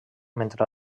mentre